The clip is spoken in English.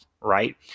right